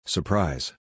Surprise